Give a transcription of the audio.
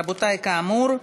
רבותי, כאמור,